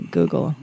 Google